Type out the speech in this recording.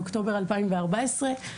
באוקטובר 2014,